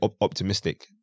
optimistic